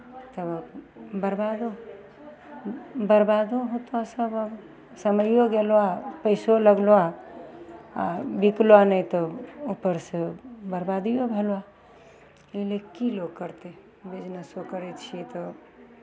तब बरबादो बरबादो होतहु सभ आब समैओ गेलहु आ पैसो लगलहु आ बिकलौ नहि तऽ ऊपरसँ बरबादियो भेलहु एहि लए की लोक करतै बिजनेसो करै छियै तऽ